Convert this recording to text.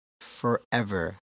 Forever